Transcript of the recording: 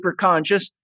superconscious